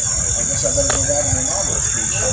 i guess i'd better go write an inaugural speech